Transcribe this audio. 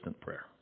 prayer